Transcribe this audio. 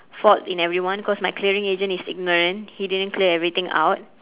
fault in everyone cause my clearing agent is ignorant he didn't clear everything out